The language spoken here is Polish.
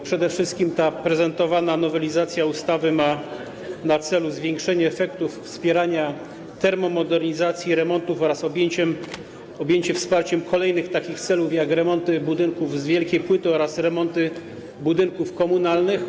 Przede wszystkim prezentowana nowelizacja ustawy ma na celu zwiększenie efektów wspierania termomodernizacji i remontów oraz objęcie wsparciem kolejnych takich celów jak remonty budynków z wielkiej płyty oraz remonty budynków komunalnych.